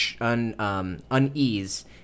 unease